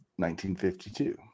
1952